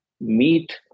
meet